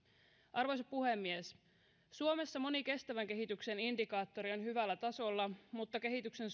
arvoisa puhemies suomessa moni kestävän kehityksen indikaattori on hyvällä tasolla mutta kehityksen